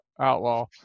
outlaw